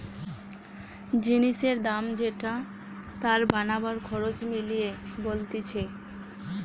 জিনিসের দাম যেটা তার বানাবার খরচ মিলিয়ে বলতিছে